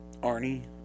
Arnie